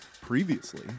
Previously